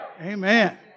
Amen